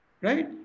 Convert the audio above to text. right